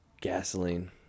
Gasoline